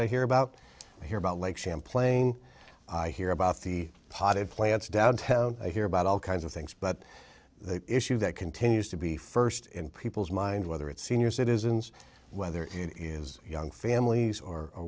i hear about hear about lake champlain i hear about the potted plants downtown i hear about all kinds of things but the issue that continues to be first in people's mind whether it's senior citizens whether he is young families or